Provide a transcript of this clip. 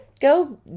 Go